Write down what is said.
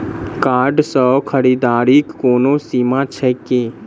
Card सँ खरीददारीक कोनो सीमा छैक की?